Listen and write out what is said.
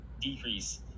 decrease